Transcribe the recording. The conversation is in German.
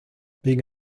wegen